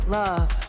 love